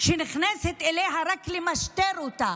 שהיא נכנסת אליה רק כדי למשטר אותה